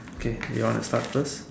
okay you wanna start first